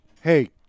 Hey